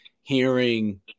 hearing